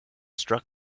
struck